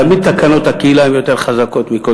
באותו